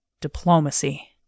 Diplomacy